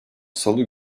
salı